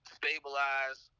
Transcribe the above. stabilize